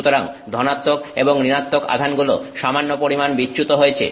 সুতরাং ধনাত্মক এবং ঋণাত্মক আধানগুলো সামান্য পরিমাণ বিচ্যুত হয়েছে